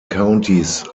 countys